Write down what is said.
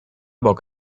bok